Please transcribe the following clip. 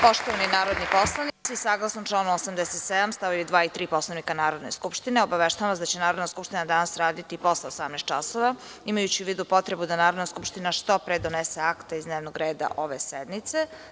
Poštovani narodni poslanici, saglasno članu 87. stavovi 2. i 3. Poslovnika Narodne skupštine, obaveštavam vas da će Narodna skupština danas raditi i posle 18,00 časova, imajući u vidu potrebu da Narodna skupština što pre donese akta iz dnevnog reda ove sednice.